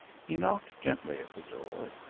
he knocked gently at the door,